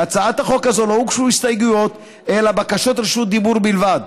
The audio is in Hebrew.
להצעת החוק הזו לא הוגשו הסתייגויות אלא בקשות רשות דיבור בלבד.